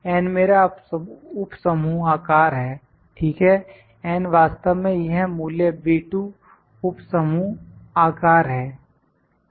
n मेरा उप समूह आकार है ठीक है n वास्तव में यह मूल्य B2 उप समूह आकार है